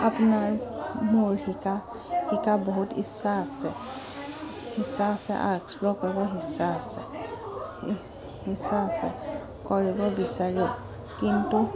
আপোনাৰ মোৰ শিকা শিকাৰ বহুত ইচ্ছা আছে ইচ্ছা আছে আৰু এক্সপ্ল'ৰ কৰিবৰ ইচ্ছা আছে ইচ্ছা আছে কৰিব বিচাৰোঁ কিন্তু